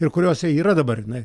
ir kuriose yra dabar jinai